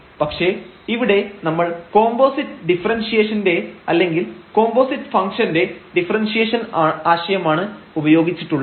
പക്ഷേ ഇവിടെ നമ്മൾ കോമ്പോസിറ്റ് ഡിഫറെൻഷിയേഷന്റെ അല്ലെങ്കിൽ കോമ്പോസിറ്റ് ഫംഗ്ഷൻറെ ഡിഫറെൻഷിയേഷൻ ആശയമാണ് ഉപയോഗിച്ചിട്ടുള്ളത്